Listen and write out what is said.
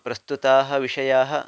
प्रस्तुताः विषयाः